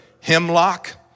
hemlock